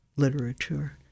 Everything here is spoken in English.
literature